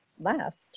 left